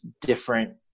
different